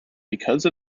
because